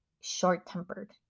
short-tempered